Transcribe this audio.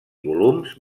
volums